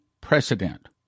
precedent